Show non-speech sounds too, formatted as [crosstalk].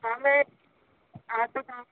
ہاں میں آٹو [unintelligible]